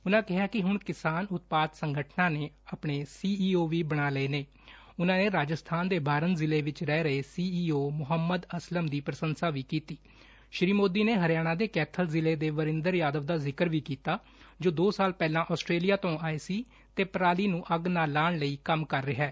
ਉਨਾ ਕਿਹਾ ਕਿ ਹੁਣ ਕਿਸਾਨ ਉਤਪਾਦ ਸੰਗਠਨਾਂ ਨੇ ਆਪਣੇ ਸੀ ਈ ਓ ਵੀ ਬਣਾ ਲਏ ਨੇ ਉਨਾਂ ਨੇ ਰਾਜਸਬਾਨ ਦੇ ਬਾਰਨ ਜ਼ਿਲੇ ਚ ਰਹਿ ਰਹੇ C E O Mohammad Aslam ਦੀ ਪ੍ਰਸੰਸਾ ਵੀ ਕੀਡੀ ਸ੍ਰੀ ਮੋਦੀ ਨੇ ਹਰਿਆਣਾ ਦੇ ਕੈਬਲ ਜ਼ਿਲ੍ਹੇ ਦੇ ਵਰਿੰਦਰ ਯਾਦਵ ਦਾ ਜ਼ਿਕਰ ਵੀ ਕੀਤਾ ਜੋ ਦੋ ਸਾਲ ਪਹਿਲਾਂ ਅਸਟ੍ਟੇਲਿਆ ਤੋਂ ਆਏ ਸੀ ਤੇ ਪਰਾਲੀ ਨੂੰ ਅੱਗ ਨਾ ਲਾਉਣ ਲਈ ਕੰਮ ਕਰ ਰਿਹੈ